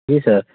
जी sir